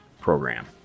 program